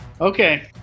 Okay